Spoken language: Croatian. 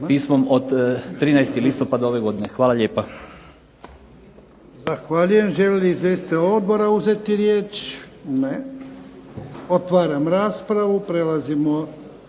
pismom od 13. listopada ove godine. Hvala lijepa. **Jarnjak, Ivan (HDZ)** Zahvaljujem. Žele li izvjestitelji odbora uzeti riječ? Ne. Otvaram raspravu. Prelazimo